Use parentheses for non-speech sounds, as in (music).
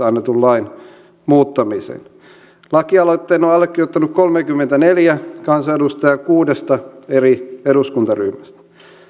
(unintelligible) annetun lain muuttamiseen lakialoitteen on on allekirjoittanut kolmekymmentäneljä kansanedustajaa kuudesta eri eduskuntaryhmästä